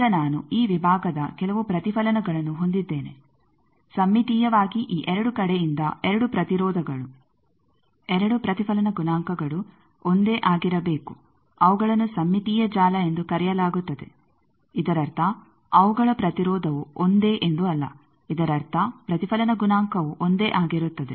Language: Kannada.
ಈಗ ನಾನು ಈ ವಿಭಾಗದ ಕೆಲವು ಪ್ರತಿಫಲನಗಳನ್ನು ಹೊಂದಿದ್ದೇನೆ ಸಮ್ಮಿತೀಯವಾಗಿ ಈ ಎರಡು ಕಡೆಯಿಂದ ಎರಡು ಪ್ರತಿರೋಧಗಳು ಎರಡು ಪ್ರತಿಫಲನ ಗುಣಾಂಕಗಳು ಒಂದೇ ಆಗಿರಬೇಕು ಅವುಗಳನ್ನು ಸಮ್ಮಿತೀಯ ಜಾಲ ಎಂದು ಕರೆಯಲಾಗುತ್ತದೆ ಇದರರ್ಥ ಅವುಗಳ ಪ್ರತಿರೋಧವು ಒಂದೇ ಎಂದು ಅಲ್ಲ ಇದರರ್ಥ ಪ್ರತಿಫಲನ ಗುಣಾಂಕವು ಒಂದೇ ಆಗಿರುತ್ತದೆ